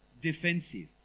defensive